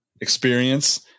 experience